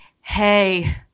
Hey